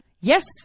Yes